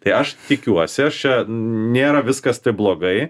tai aš tikiuosi aš čia nėra viskas taip blogai